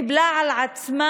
קיבלה על עצמה,